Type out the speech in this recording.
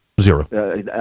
zero